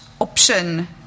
option